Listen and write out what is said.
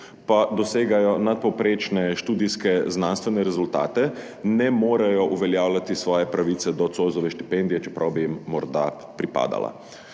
pa dosegajo nadpovprečne študijske znanstvene rezultate, ne morejo uveljavljati svoje pravice do Zoisove štipendije, čeprav bi jim morda pripadala.